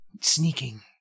sneaking